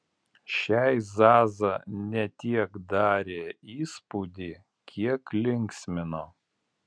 šiai zaza ne tiek darė įspūdį kiek linksmino